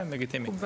כן, לגיטימי.